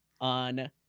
on